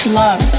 love